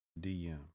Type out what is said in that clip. DM